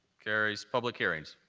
carries. public hearings.